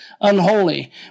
unholy